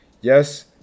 Yes